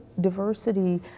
diversity